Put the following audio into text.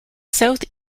south